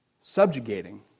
subjugating